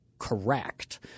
correct